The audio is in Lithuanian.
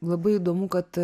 labai įdomu kad